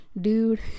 dude